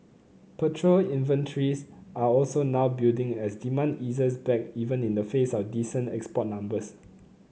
petrol inventories are also now building as demand eases back even in the face of decent export numbers